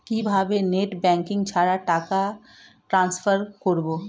কিভাবে net banking ছাড়া টাকা টান্সফার করব?